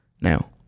now